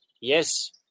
Yes